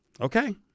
Okay